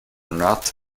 not